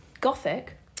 Gothic